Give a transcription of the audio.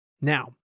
Now